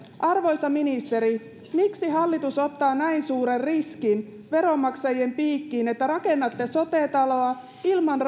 arvoisa ministeri miksi hallitus ottaa näin suuren riskin veronmaksajien piikkiin että rakennatte sote taloa ilman